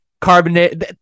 carbonate